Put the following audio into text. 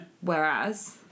Whereas